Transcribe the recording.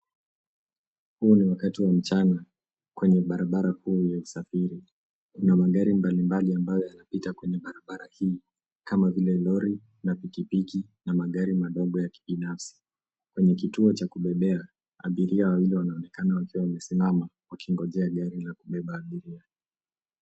Huu ni wakati wa mchana kwenye barabara kuu ya usafiri. Kuna magari mbalimbali ambayo yanapita kwenye barabara hii kama vile lori na pikipiki na magari madogo ya kibinafsi. Kwenye kituo cha kubebea abiria wawili wanaonekana wakiwa wamesimama wakiongojea gari la kubeba abiria.